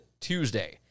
Tuesday